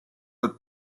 with